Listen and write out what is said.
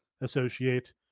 associate